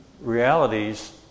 realities